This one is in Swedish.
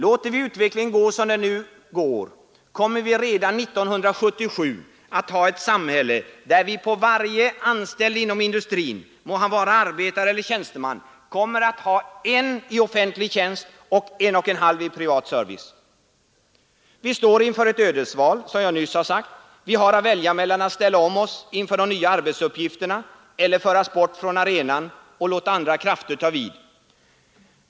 Låter vi utvecklingen gå som den nu går, kommer vi redan 1977 att ha ett samhälle där vi på varje anställd inom industrin, han må vara arbetare eller tjänsteman, har en anställd i offentlig tjänst och en och en halv i privat service. Vi står inför ett ödesval, som jag nyss har sagt. Vi har att välja mellan att ställa om oss inför de nya arbetsuppgifterna eller föras bort ifrån arenan och låta andra krafter ta vid.